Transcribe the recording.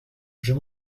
j’ai